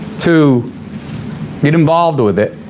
to get involved with it,